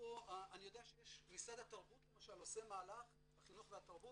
משרד החינוך, התרבות